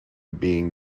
being